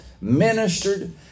ministered